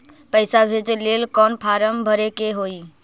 पैसा भेजे लेल कौन फार्म भरे के होई?